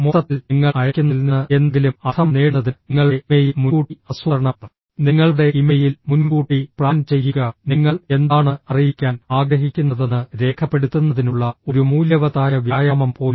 മൊത്തത്തിൽ നിങ്ങൾ അയയ്ക്കുന്നതിൽ നിന്ന് എന്തെങ്കിലും അർത്ഥം നേടുന്നതിന് നിങ്ങളുടെ ഇമെയിൽ മുൻകൂട്ടി ആസൂത്രണം നിങ്ങളുടെ ഇമെയിൽ മുൻകൂട്ടി പ്ലാൻ ചെയ്യുക നിങ്ങൾ എന്താണ് അറിയിക്കാൻ ആഗ്രഹിക്കുന്നതെന്ന് രേഖപ്പെടുത്തുന്നതിനുള്ള ഒരു മൂല്യവത്തായ വ്യായാമം പോലും